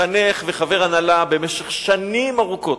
מחנך וחבר הנהלה במשך שנים ארוכות.